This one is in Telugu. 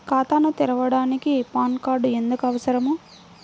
ఖాతాను తెరవడానికి పాన్ కార్డు ఎందుకు అవసరము?